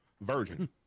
Virgin